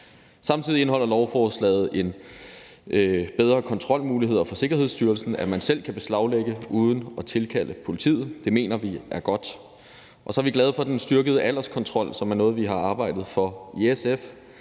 Samtidig indeholder lovforslaget en bedre kontrol og mulighed for Sikkerhedsstyrelsen for, at man selv kan beslaglægge uden at tilkalde politiet. Det mener vi er godt. Og så er vi glade for den styrkede alderskontrol, som er noget, vi har arbejdet for i SF.